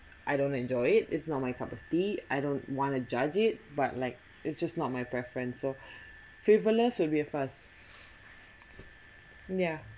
I don't enjoy it it's not my cup of tea I don't want to judge it but like it's just not my preference so frivolous will be a fuss yeah